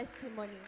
testimony